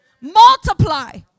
Multiply